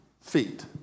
feet